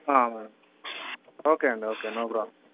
okay అండి okay no problem